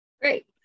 Great